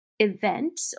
Event